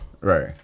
Right